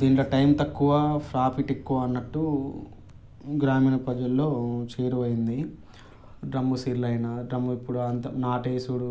దీంట్లో టైం తక్కువ ప్రాఫిట్ ఎక్కువ అన్నట్టు గ్రామీణ ప్రజల్లో చేరువైంది డ్రమ్ము సిరులైన డ్రమ్ము ఇప్పుడు అంతా నాటేసుడు